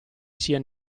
sia